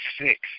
six